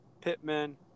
Pittman